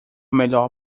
melhor